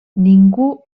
ningú